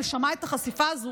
ששמע את החשיפה הזו,